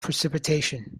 precipitation